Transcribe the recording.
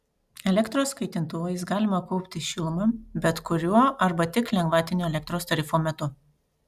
elektros kaitintuvais galima kaupti šilumą bet kuriuo arba tik lengvatinio elektros tarifo metu